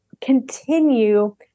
continue